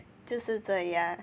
就是这样